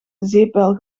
zeepbel